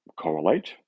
correlate